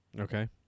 Okay